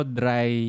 dry